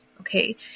okay